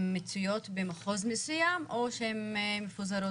הם מצויות במחוז מסוים או שהם מפוזרות?